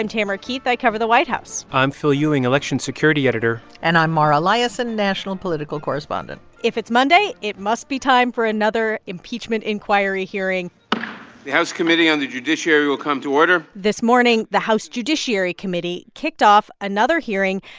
tamara keith. i cover the white house i'm phil ewing, election security editor and i'm mara liasson, national political correspondent if it's monday, it must be time for another impeachment inquiry hearing the house committee on the judiciary will come to order this morning the house judiciary committee kicked off another hearing,